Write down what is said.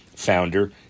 founder